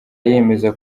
yemeza